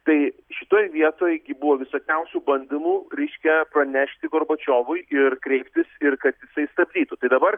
tai šitoj vietoj gi buvo visokiausių bandymų reiškia pranešti gorbačiovui ir kreiptis ir kad jisai stabdytų tai dabar